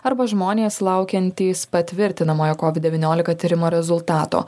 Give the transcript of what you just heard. arba žmonės laukiantys patvirtinamojo kovid devyniolika tyrimo rezultato